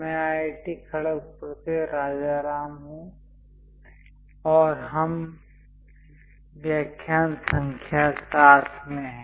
मैं IIT खड़गपुर से राजाराम हूँ और हम व्याख्यान संख्या 7 में हैं